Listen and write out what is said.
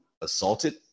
assaulted